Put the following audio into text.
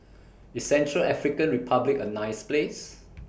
IS Central African Republic A nice Place